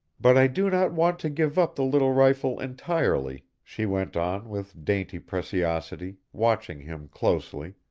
but i do not want to give up the little rifle entirely, she went on, with dainty preciosity, watching him closely.